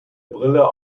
brille